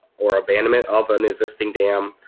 or abandonment of an existing dam,